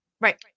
Right